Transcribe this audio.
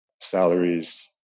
salaries